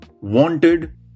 wanted